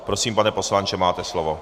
Prosím, pane poslanče, máte slovo.